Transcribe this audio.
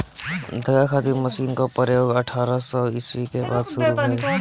धागा खातिर मशीन क प्रयोग अठारह सौ ईस्वी के बाद शुरू भइल